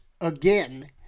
again